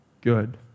good